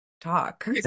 talk